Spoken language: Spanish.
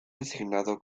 designado